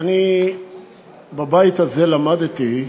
אני בבית הזה למדתי,